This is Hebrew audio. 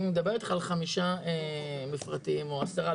היא מדברת איתך על חמישה מפרטים או עשרה,